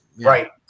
right